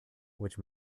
which